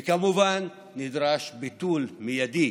וכמובן נדרש ביטול מיידי